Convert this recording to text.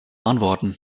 antworten